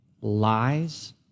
lies